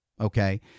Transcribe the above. okay